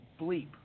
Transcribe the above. bleep